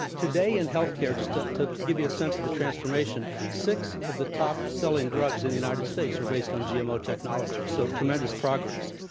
today, in health care, just ah to give you a sense of the transformation, six of the top selling drugs in the united states are based on gmo technology. so, tremendous progress.